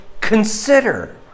consider